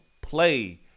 play